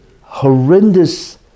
horrendous